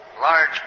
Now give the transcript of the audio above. large